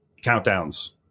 countdowns